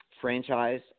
franchise